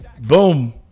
boom